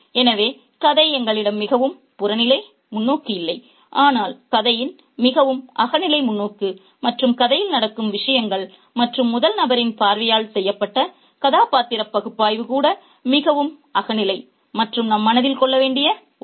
எனவே எங்களிடம் மிகவும் புறநிலை முன்னோக்கு இல்லை ஆனால் கதையின் மிகவும் அகநிலை முன்னோக்கு மற்றும் கதையில் நடக்கும் விஷயங்கள் மற்றும் முதல் நபரின் பார்வையால் செய்யப்பட்ட கதாபாத்திரப் பகுப்பாய்வு கூட மிகவும் அகநிலை மற்றும் நாம் மனதில் கொள்ள வேண்டிய ஒன்று